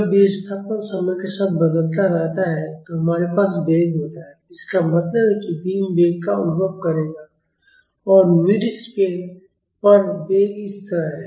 जब विस्थापन समय के साथ बदलता रहता है तो हमारे पास वेग होता है इसका मतलब है कि बीम वेग का अनुभव करेगा और मिडस्पेन पर वेग इस तरह है